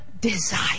desire